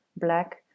Black